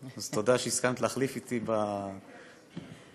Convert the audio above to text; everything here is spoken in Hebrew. אז תודה שהסכמת להחליף אתי בסדר הנואמים.